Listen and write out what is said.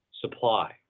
supply